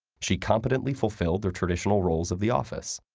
she competently fulfilled the traditional roles of the office.